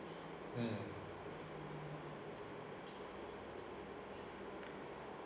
mm